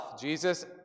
Jesus